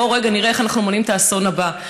בוא רגע נראה איך אנחנו מונעים את האסון הבא.